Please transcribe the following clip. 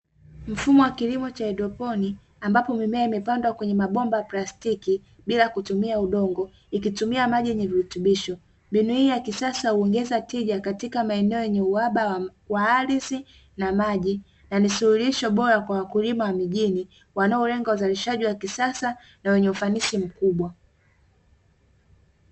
Mfumo wa kilimo cha haidroponi ambapo mimea imepandwa kwenye mabomba ya plastiki bila kutumia udongo ikitumia maji yenye virutubisho. Mbinu hii ya kisasa huongeza tija katika maeneo yenye uhaba wa ardhi na maji na ni suluhisho bora kwa wakulima wa mijini, wanaolenga uzalishaji wa kisasa na wenye ufanisis mkubwa.